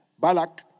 Balak